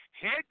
head